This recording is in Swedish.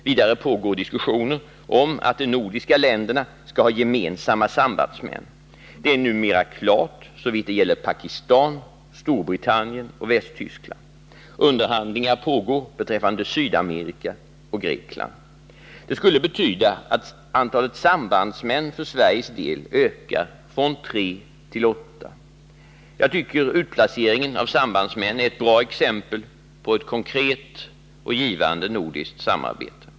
Vidare pågår diskussion om att de nordiska länderna skall ha gemensamma sambandsmän. Detta är numera klart såvitt gäller Pakistan, Storbritannien och Västtyskland. Underhandlingar pågår beträffande Sydamerika och Grekland. Detta skulle betyda att antalet sambandsmän för Sveriges del ökar från tre till åtta. Jag tycker utplaceringen av sambandsmän är ett bra exempel på ett konkret och givande nordiskt samarbete.